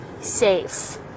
safe